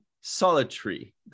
solitary